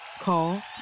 Call